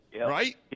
Right